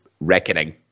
Reckoning